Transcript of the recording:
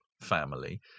family